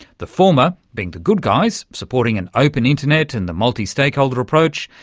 the former being the good guys supporting an open internet and the multi-stakeholder approach,